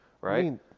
right